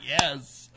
Yes